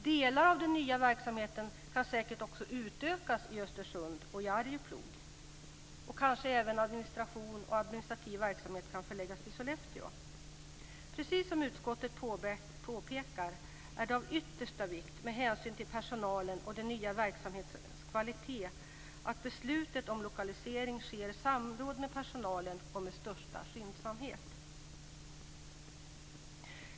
Delar av den nya verksamheten kan säkert också utökas i Östersund och i Arjeplog, och kanske även administration och administrativ verksamhet kan förläggas till Sollefteå. Precis som utskottet påpekar är det av yttersta vikt, med hänsyn till personalen och den nya verksamhetens kvalitet, att beslutet om lokalisering sker i samråd med personalen och med största skyndsamhet.